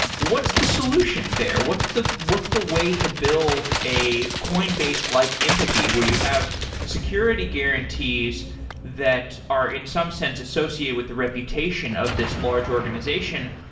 what's the solution there? what's the what's the way to build a coin base like entity where you have security guarantees that are in some sense associated with the reputation of this large organization,